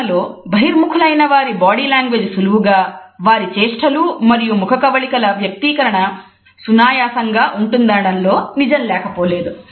మనలో బహిర్ముఖులైనవారి body language సులువుగా వారి చేష్టల మరియు ముఖకవళికల వ్యక్తీకరణ సునాయాసంగా ఉంటుందనడంలో నిజం లేకపోలేదు